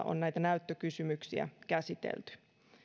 on näitä näyttökysymyksiä käsitelty